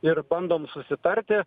ir bandom susitarti